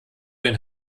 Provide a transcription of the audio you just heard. den